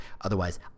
otherwise